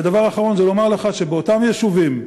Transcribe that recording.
ודבר אחרון, אותם יישובים,